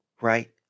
right